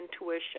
intuition